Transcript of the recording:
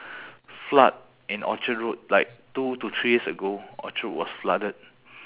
flood in orchard road like two to three years ago orchard was flooded